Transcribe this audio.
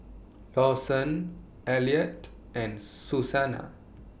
Lawson Elliott and Susanna